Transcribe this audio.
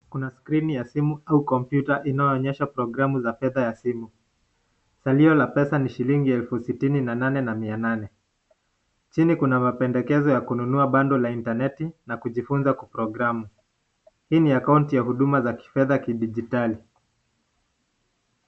Kuna screen ya simu au kompyuta inayoonyesha programu za pesa ya simu, salio ya pesa ni elfu sitini na nane na Mia nane, chini kuna mapendekezo ya kununua bundle ya internet na kujifunza kuprogramu, hii ni acounti ya fedha kidigitali